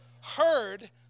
heard